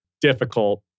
difficult